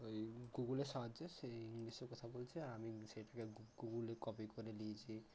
ওই গুগুলের সাহায্যে সে ইংলিশে কথা বলছে আর আমি সেটাকে গু গুগুলে কপি করে লিয়েছি